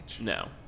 No